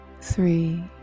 Three